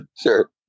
Sure